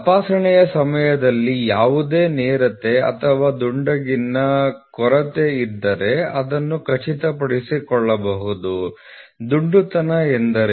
ತಪಾಸಣೆಯ ಸಮಯದಲ್ಲಿ ಯಾವುದೇ ನೇರತೆ ಅಥವಾ ದುಂಡಗಿನ ಕೊರತೆಯಿದ್ದರೆ ಅದನ್ನು ಖಚಿತಪಡಿಸಿಕೊಳ್ಳಬಹುದು ದುಂಡುತನ ಎಂದರೇನು